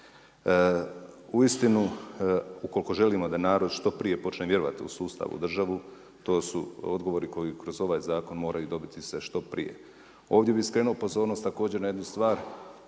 Uistinu, ukoliko želimo da narod što prije počne vjerovati u sustav, u državu, to su odgovori koji kroz ovaj zakon moraju dobiti se što prije. Ovdje bi skrenuo pozornost, također na jednu stvar,